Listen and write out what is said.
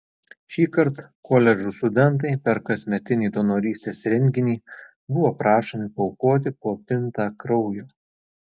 šįkart koledžų studentai per kasmetinį donorystės renginį buvo prašomi paaukoti po pintą kraujo